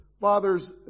father's